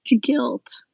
guilt